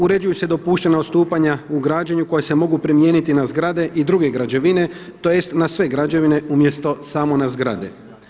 Uređuju se dopuštena odstupanja u građenju koja se mogu primijeniti na zgrade i druge građevine, tj. na sve građevine umjesto samo na zgrade.